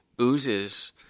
oozes